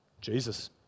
Jesus